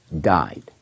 died